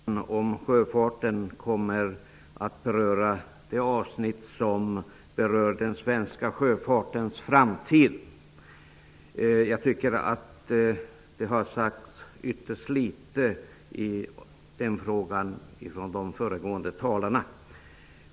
Fru talman! Mitt inlägg i debatten om sjöfarten kommer att beröra avsnittet om den svenska sjöfartens framtid. Jag tycker att det har sagts ytterst litet i den frågan av de föregående talarna.